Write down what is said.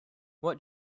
what